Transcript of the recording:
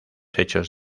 hechos